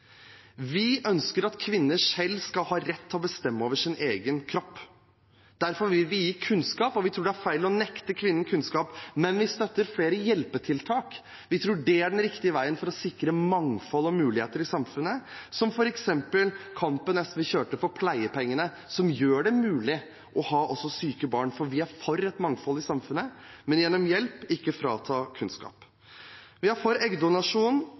Vi ønsker at kvinner selv skal ha rett til å bestemme over sin egen kropp. Derfor vil vi gi kunnskap, og vi tror det er feil å nekte kvinnen kunnskap, men vi støtter flere hjelpetiltak. Vi tror det er den riktige veien for å sikre mangfold og muligheter i samfunnet, som f.eks. den kampen SV kjørte for pleiepengene, som gjør det mulig å ha syke barn. For vi er for et mangfold i samfunnet – men gjennom hjelp, ikke gjennom å frata kunnskap. Vi er for eggdonasjon